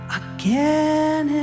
again